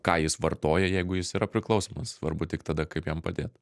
ką jis vartoja jeigu jis yra priklausomas svarbu tik tada kaip jam padėt